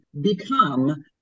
become